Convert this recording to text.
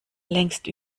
längst